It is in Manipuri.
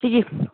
ꯁꯤꯒꯤ